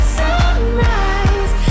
sunrise